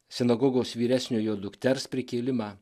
sinagogos vyresniojo dukters prikėlimą